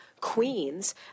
Queens